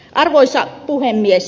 arvoisa puhemies